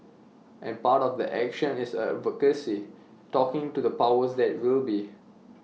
and part of that action is advocacy talking to the powers that will be